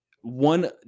one